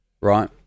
right